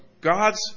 God's